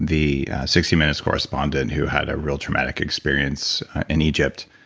the sixty minutes correspondent who had a real traumatic experience in egypt.